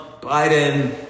Biden